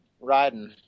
riding